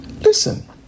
Listen